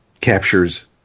captures